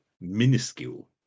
minuscule